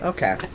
Okay